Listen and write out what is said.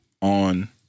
on